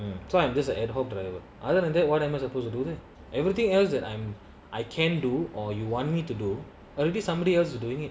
so I am just an ad hoc driver other than that what am I supposed to do there everything else that I'm I can do or you want me to do already somebody else you doing it